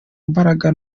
mbaraga